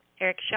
Eric